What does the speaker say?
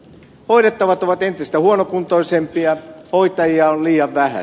hoidettavat ovat entistä huonokuntoisempia hoitajia on liian vähän